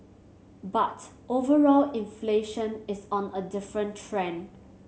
but overall inflation is on a different trend